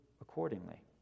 accordingly